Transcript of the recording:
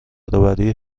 برابری